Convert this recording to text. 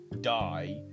die